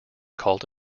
called